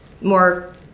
more